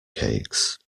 cakes